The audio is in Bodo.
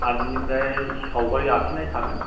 आर बिनिफ्राय सावगारि आखिनाय थागोन